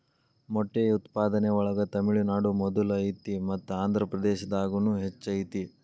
ಮೊಟ್ಟೆ ಉತ್ಪಾದನೆ ಒಳಗ ತಮಿಳುನಾಡು ಮೊದಲ ಐತಿ ಮತ್ತ ಆಂದ್ರಪ್ರದೇಶದಾಗುನು ಹೆಚ್ಚ ಐತಿ